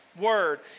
word